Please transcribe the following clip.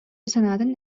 санаатын